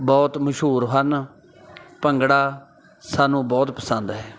ਬਹੁਤ ਮਸ਼ਹੂਰ ਹਨ ਭੰਗੜਾ ਸਾਨੂੰ ਬਹੁਤ ਪਸੰਦ ਹੈ